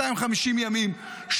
250 ימים,